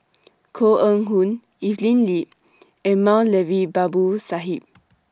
Koh Eng Hoon Evelyn Lip and Moulavi Babu Sahib